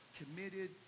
committed